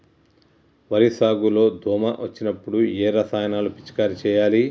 వరి సాగు లో దోమ వచ్చినప్పుడు ఏ రసాయనాలు పిచికారీ చేయాలి?